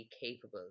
capable